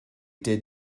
did